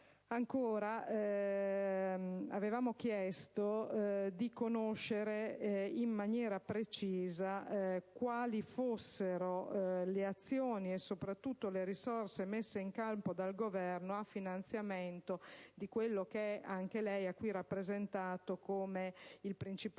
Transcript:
Ancora, avevamo chiesto di conoscere in maniera precisa quali fossero le azioni e, soprattutto, le risorse messe in campo dal Governo a finanziamento di quello che anche lei ha qui rappresentato come il principale